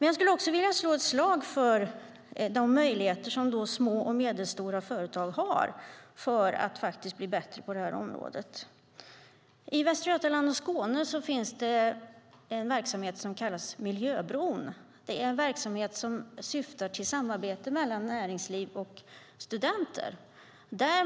Jag skulle också vilja slå ett slag för de möjligheter som små och medelstora företag har att faktiskt bli bättre på det här området. I Västra Götaland och Skåne finns det en verksamhet som kallas Miljöbron. Det är en verksamhet som syftar till samarbete mellan näringsliv och studenter.